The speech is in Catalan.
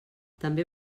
també